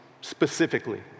specifically